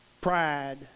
Pride